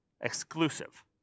exclusive